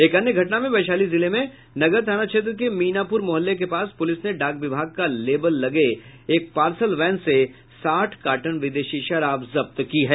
एक अन्य घटना में वैशाली जिले में नगर थाना क्षेत्र के मीनापुर मुहल्ले के पास पुलिस ने डाक विभाग का लेवल लगे एक पार्सल वैन से साठ कार्टन विदेशी शराब जब्त की है